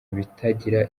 bitagira